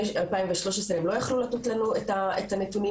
2013 הם לא יכלו לתת לנו את הנתונים,